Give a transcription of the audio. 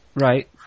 right